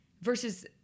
versus